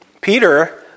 Peter